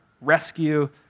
rescue